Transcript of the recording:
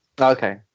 Okay